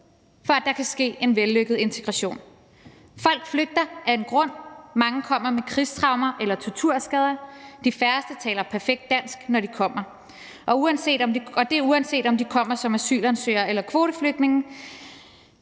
for, at der kan ske en vellykket integration. Folk flygter af en grund, og mange kommer med krigstraumer eller torturskader. De færreste taler perfekt dansk, når de kommer – uanset om de kommer som asylansøgere eller kvoteflygtninge,